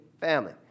family